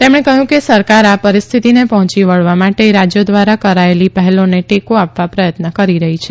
તેમણે કહયું કે સરકાર આ પરીસ્થિતિને પર્જોચી વળવા માટે રાજયો ધ્વારા કરાયેલી પહેલોને ટેકો આપવા પ્રથત્ન કરી રહી છે